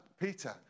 Peter